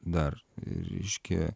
dar reiškia